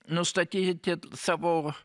nustatyti savo